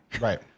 Right